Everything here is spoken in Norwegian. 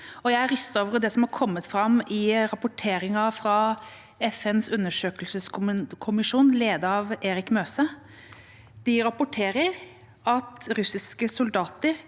er rystet over det som har kommet fram i rapporteringen fra FNs undersøkelseskommisjon, ledet av Erik Møse. De rapporterer om at russiske soldater